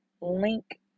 link